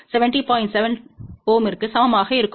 7 Ωற்கு சமமாக இருக்கும்